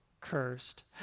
cursed